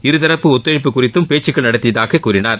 இருதரப்பு தீவு ஒத்துழைப்பு குறித்து பேச்சுக்கள் நடத்தியதாக கூறினார்